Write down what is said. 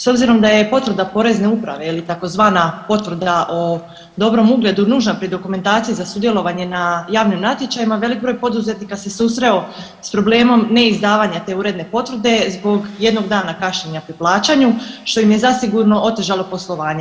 S obzirom da je potvrda Porezne uprave ili tzv. potvrda o dobrom ugledu nužna pri dokumentaciji za sudjelovanje na javnim natječajima, velik broj poduzetnika se susreo s problemom neizdavanja te uredne potvrde zbog jednog dana kašnjenja pri plaćanju, što im je zasigurno otežalo poslovanje.